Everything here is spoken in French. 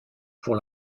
pour